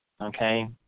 okay